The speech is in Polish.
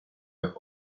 jak